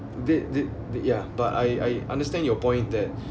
th~ th~ th~ yeah but I I understand your point that